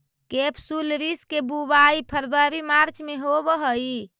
केपसुलरिस के बुवाई फरवरी मार्च में होवऽ हइ